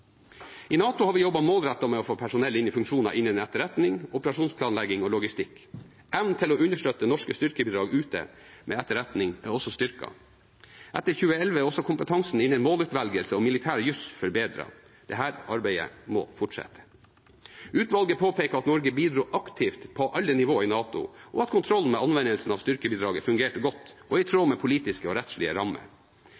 I NATO har vi jobbet målrettet med å få personell inn i funksjoner innen etterretning, operasjonsplanlegging og logistikk. Evnen til å understøtte norske styrkebidrag ute med etterretning er også styrket. Etter 2011 er også kompetansen innen målutvelgelse og militær jus forbedret. Dette arbeidet må fortsette. Utvalget påpeker at Norge bidro aktivt på alle nivåer i NATO, og at kontrollen med anvendelsen av styrkebidraget fungerte godt og i